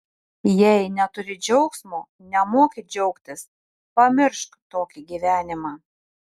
jei neturi džiaugsmo nemoki džiaugtis pamiršk tokį gyvenimą